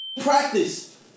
practice